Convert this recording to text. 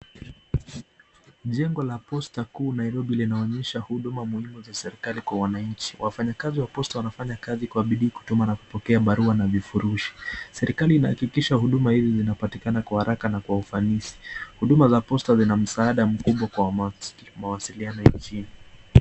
Jengo la posta kuu Nairobi linaonyesha huduma muhimu za serikali kwa wananchi, wafanyakazi wa posta wanafanya kazi kwa bidii kutuma na kupokea barua na vifaa furushi. Serikali inahakikisha huduma hizi zinapatikana kwa haraka na kwa ufanisi, huduma za posta zina msaada mkubwa kwa mawasiliano nchini.